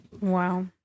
Wow